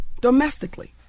domestically